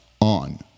on